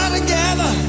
together